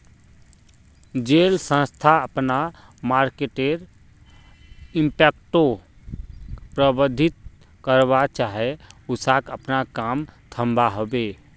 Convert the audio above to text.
जेल संस्था अपना मर्केटर इम्पैक्टोक प्रबधित करवा चाह्चे उसाक अपना काम थम्वा होबे